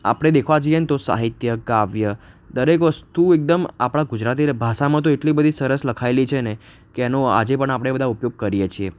આપણે દેખવા જાઈએ ને તો સાહિત્ય કાવ્ય દરેક વસ્તુ એકદમ આપણાં ગુજરાતી એટલે ભાષામાં તો એટલી બધી સરસ લખાયેલી છે ને કે એનો આજે પણ આપણે બધા ઉપયોગ કરીએ છીએ